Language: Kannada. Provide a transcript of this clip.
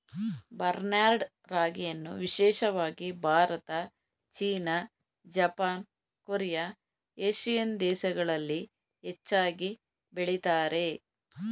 ಬರ್ನ್ಯಾರ್ಡ್ ರಾಗಿಯನ್ನು ವಿಶೇಷವಾಗಿ Bharat, China, Japan, Korea, Asian ದೇಶಗಳಲ್ಲಿ ಹೆಚ್ಚಾಗಿ ಬೆಳಿತಾರೆ